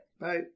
Bye